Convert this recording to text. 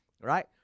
right